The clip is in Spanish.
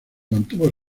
mantuvo